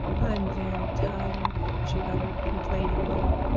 i'm very tired, she uttered, complainingly.